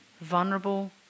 Vulnerable